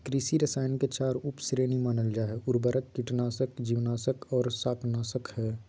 कृषि रसायन के चार उप श्रेणी मानल जा हई, उर्वरक, कीटनाशक, जीवनाशक आर शाकनाशक हई